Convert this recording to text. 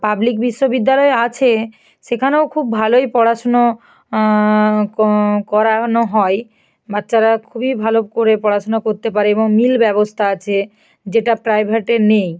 public বিশ্ববিদ্যালয় আছে সেখানেও খুব ভালোই পড়াশুনো করানো হয় বাচ্চারা খুবই ভালো করে পড়াশুনা করতে পারে এবং মিল ব্যবস্থা আছে যেটা প্রাইভেটে নেই